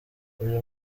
uyu